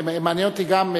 מעניין אותי גם,